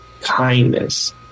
kindness